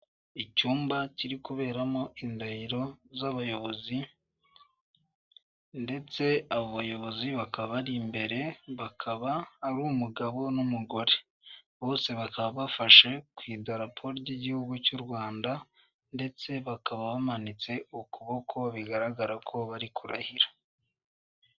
Icyumba kiri kuberamo indahiro z'abayobozi ndetse abo bayobozi bakaba bari imberere. Bakaba ari umugabo n'umugore bose bakaba bafashe ku idarapo ry'igihugu cy'u Rwanda ndetse bakaba bamanitse ukuboko bigaragara ko bari kurahira.